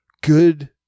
good